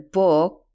book